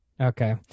Okay